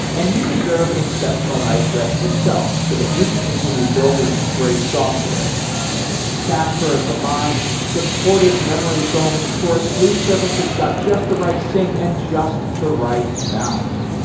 and you deserve an exceptional night's rest yourself, so that you can continue building great software casper combines supportive memory foams for a sleep surface that's got just the right sync and just the right bounce.